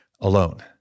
alone